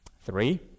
Three